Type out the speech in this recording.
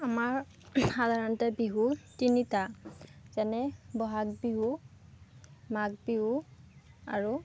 আমাৰ সাধাৰণতে বিহু তিনিটা যেনে বহাগ বিহু মাঘ বিহু আৰু